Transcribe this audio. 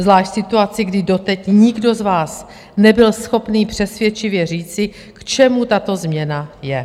Zvlášť v situaci, kdy doteď nikdo z vás nebyl schopný přesvědčivě říci, k čemu tato změna je?